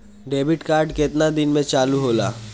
Debit card केतना दिन में चालु होला?